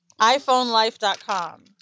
iPhoneLife.com